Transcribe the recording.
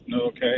okay